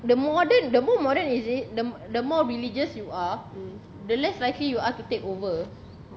the modern the more modern is it the the more religious you are the less likely you are to take over